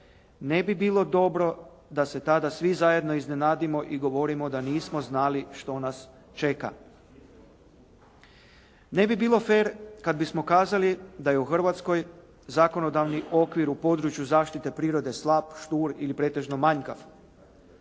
Ne bi bilo dobro da se tada svi zajedno iznenadimo i govorimo da nismo znali što nas čeka. Ne bi bilo fer kada bismo kazali da i u Hrvatskoj zakonodavni okvir u području zaštite prirode slab, štur ili pretežno manjkav.